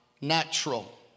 natural